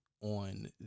on